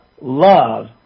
love